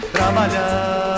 Trabalhar